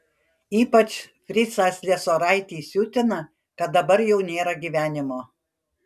ypač fricą sliesoraitį siutina kad dabar jau nėra gyvenimo